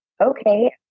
okay